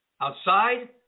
outside